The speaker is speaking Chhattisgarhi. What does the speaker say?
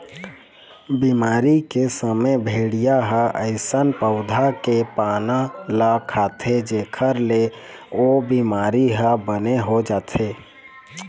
बिमारी के समे भेड़िया ह अइसन पउधा के पाना ल खाथे जेखर ले ओ बिमारी ह बने हो जाए